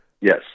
Yes